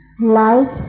Life